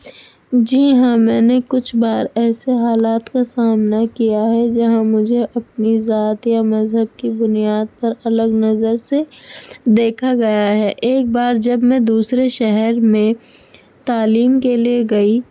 جی ہاں میں نے کچھ بار ایسے حالات کا سامنا کیا ہے جہاں مجھے اپنی ذات یا مذہب کی بنیاد پر الگ نظر سے دیکھا گیا ہے ایک بار جب میں دوسرے شہر میں تعلیم کے لیے گئی